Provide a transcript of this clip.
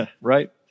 Right